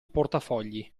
portafogli